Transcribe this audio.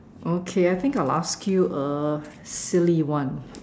okay I think I'll ask you a silly one